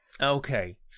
Okay